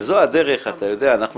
זו הדרך, אתה יודע, אנחנו